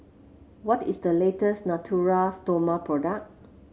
what is the latest Natura Stoma product